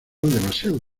demasiado